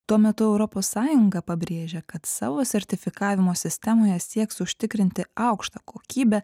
tuo metu europos sąjunga pabrėžia kad savo sertifikavimo sistemoje sieks užtikrinti aukštą kokybę